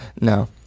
no